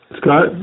Scott